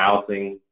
housing